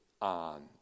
on